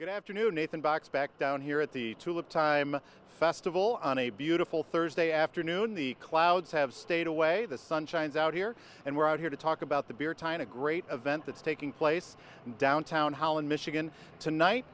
good afternoon nathan box back down here at the tulip time festival on a beautiful thursday afternoon the clouds have stayed away the sun shines out here and we're out here to talk about the beer time the great event that's taking place downtown holland michigan tonight